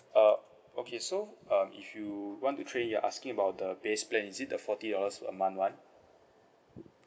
uh okay so um if you want to trade in you're asking about the base plan is it the forty dollars a month [one]